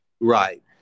Right